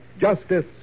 justice